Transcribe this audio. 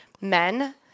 Men